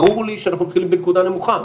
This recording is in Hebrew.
ברור לי שאנחנו מתחילים בנקודה נמוכה.